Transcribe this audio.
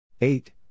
eight